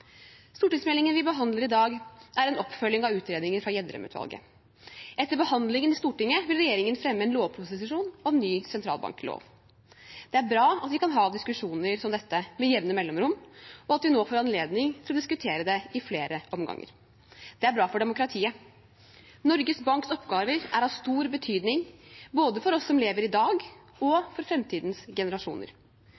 Stortingsmeldingen vi behandler i dag, er en oppfølging av utredninger fra Gjedrem-utvalget. Etter behandlingen i Stortinget vil regjeringen fremme en lovproposisjon om ny sentralbanklov. Det er bra at vi kan ha diskusjoner som dette med jevne mellomrom, og at vi nå får anledning til å diskutere det i flere omganger. Det er bra for demokratiet. Norges Banks oppgaver er av stor betydning både for oss som lever i dag, og